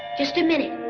just a minute.